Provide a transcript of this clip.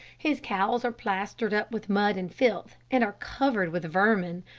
his cows are plastered up with mud and filth, and are covered with vermin.